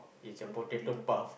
po~ potato puff